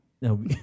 No